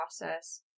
process